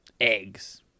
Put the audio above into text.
Eggs